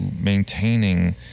maintaining